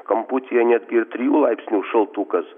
kamputyje netgi ir trijų laipsnių šaltukas